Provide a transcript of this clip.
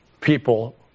people